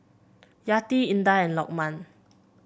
Yati Indah and Lokman